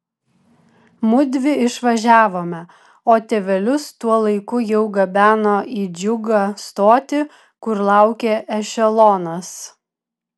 mudvi išvažiavome o tėvelius tuo laiku jau gabeno į džiugą stotį kur laukė ešelonas